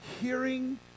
hearing